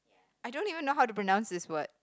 I don't even know how to pronounce this word